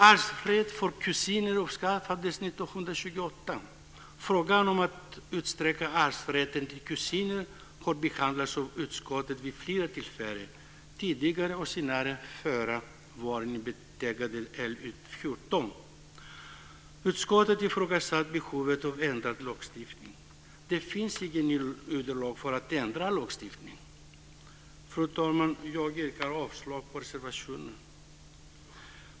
Arvsrätt för kusiner avskaffades 1928. Frågan om att utsträcka arvsrätten till kusiner har behandlats av utskottet vid flera tillfällen tidigare och senast förra våren i betänkande LU:14. Utskottet ifrågasatte behovet av ändrad lagstiftning. Det finns inget underlag för att ändra lagstiftningen. Fru talman! Jag yrkar avslag på reservation 2.